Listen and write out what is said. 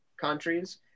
countries